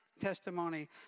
testimony